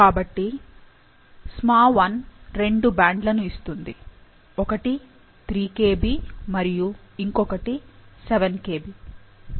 కాబట్టి SmaI రెండు బ్యాండ్లను ఇస్తుంది ఒకటి 3 kb మరియు ఇంకొకటి 7 kb